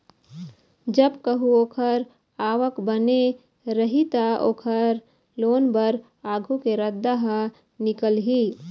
जब कहूँ ओखर आवक बने रही त, ओखर लोन बर आघु के रद्दा ह निकलही